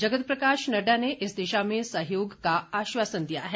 जगत प्रकाश नड्डा ने इस दिशा में सहयोग का आश्वासन दिया है